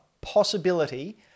possibility